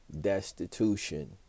destitution